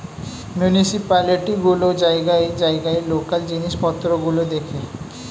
municipality গুলো জায়গায় জায়গায় লোকাল জিনিসপত্র গুলো দেখে